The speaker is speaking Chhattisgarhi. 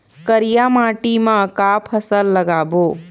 करिया माटी म का फसल लगाबो?